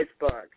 Facebook